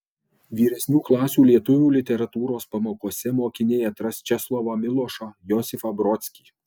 vyresnių klasių lietuvių literatūros pamokose mokiniai atras česlovą milošą josifą brodskį